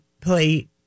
play